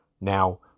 Now